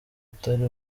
atari